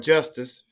Justice